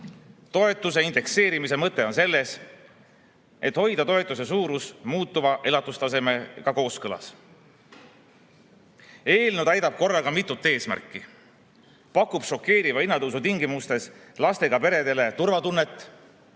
Toetuse indekseerimise mõte on selles, et hoida toetuse suurus muutuva elatustasemega kooskõlas. Eelnõu täidab korraga mitut eesmärki: pakub šokeeriva hinnatõusu tingimustes lastega peredele turvatunnet,